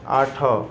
ଆଠ